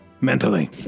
mentally